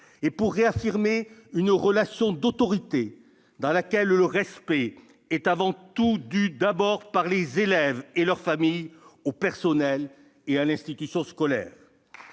et pour réaffirmer une relation d'autorité dans laquelle le respect est d'abord et avant tout dû par les élèves et leurs familles aux personnels et à l'institution scolaire.